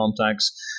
contacts